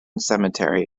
cemetery